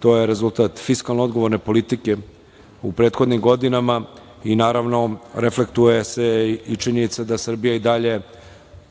To je rezultat fiskalno odgovorne politike u prethodnim godinama i, naravno, reflektuje se i činjenica da Srbija i dalje